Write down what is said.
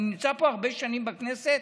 אני נמצא פה הרבה שנים בכנסת,